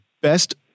best